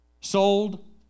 Sold